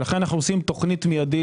לכן אנו עושים תוכנית מיידית.